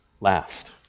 last